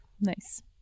Nice